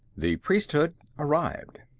the priesthood arrived.